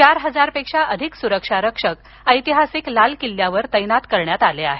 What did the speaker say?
चार हजारपेक्षा अधिक सुरक्षा रक्षक ऐतिहासिक लाल किल्ल्यावर तैनात करण्यात आले आहेत